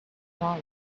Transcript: smaller